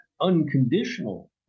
unconditional